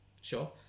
sure